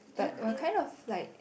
but we're kind of like